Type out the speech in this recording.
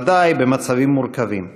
בוודאי במצבים מורכבים,